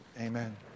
Amen